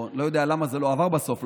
אני לא יודע למה זה לא עבר בסוף,